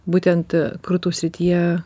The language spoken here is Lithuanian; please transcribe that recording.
būtent krūtų srityje